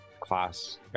class